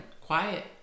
quiet